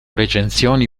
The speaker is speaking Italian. recensioni